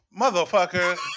Motherfucker